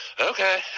Okay